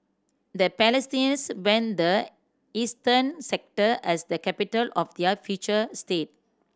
the Palestinians when the eastern sector as the capital of their future state